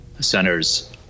centers